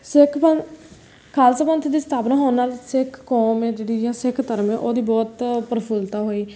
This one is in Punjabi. ਸਿੱਖ ਪੰ ਖਾਲਸਾ ਪੰਥ ਦੀ ਸਥਾਪਨਾ ਹੋਣ ਨਾਲ ਸਿੱਖ ਕੌਮ ਹੈ ਜਿਹੜੀ ਜਾਂ ਸਿੱਖ ਧਰਮ ਹੈ ਉਹਦੀ ਬਹੁਤ ਪ੍ਰਫੁੱਲਤਾ ਹੋਈ